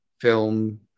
film